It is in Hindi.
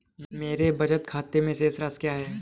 मेरे बचत खाते में शेष राशि क्या है?